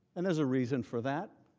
and is a reason for that.